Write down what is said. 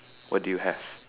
what do you have